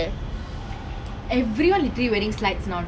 eh but the colour really very nice you look like some wings club character